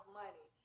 money